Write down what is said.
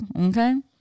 Okay